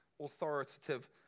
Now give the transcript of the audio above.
authoritative